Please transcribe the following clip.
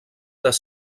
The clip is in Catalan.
les